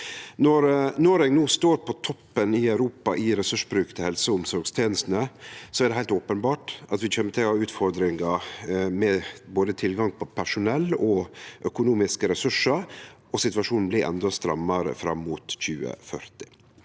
Når Noreg no står på toppen i Europa i ressursbruk til helse- og omsorgstenestene, er det heilt openbert at vi kjem til å ha utfordringar med tilgang på både personell og økonomiske ressursar, og situasjonen blir endå strammare fram mot 2040.